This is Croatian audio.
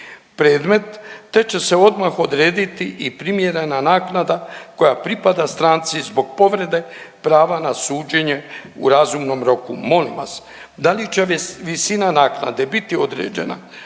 predmet te će se odmah odrediti i primjerena naknada koja pripada stranci zbog povrede prava na suđenje u razumom roku. Vidjeli smo zapravo da ta naknada ne može